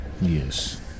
Yes